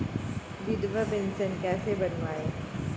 विधवा पेंशन कैसे बनवायें?